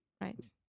right